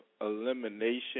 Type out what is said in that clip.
elimination